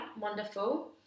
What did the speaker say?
Wonderful